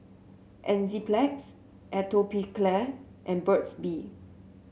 Enzyplex Atopiclair and Burt's Bee